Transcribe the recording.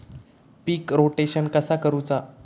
पीक rotation कसा करूचा?